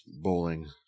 bowling